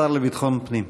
השר לביטחון פנים.